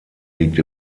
liegt